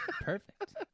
perfect